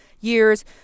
years